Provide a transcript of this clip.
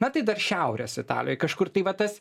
na tai dar šiaurės italijoj kažkur tai va tas